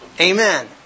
amen